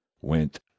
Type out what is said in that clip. went